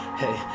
hey